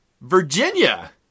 Virginia